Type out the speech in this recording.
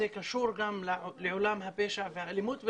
זה קשור גם לעולם הפשע והאלימות.